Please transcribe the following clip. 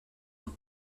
nom